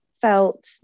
felt